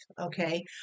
okay